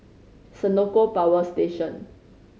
Senoko Power Station